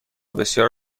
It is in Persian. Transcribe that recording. بسیار